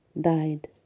died